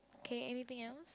okay anything else